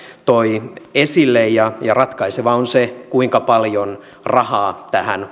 toi esille ja ratkaisevaa on se kuinka paljon rahaa tähän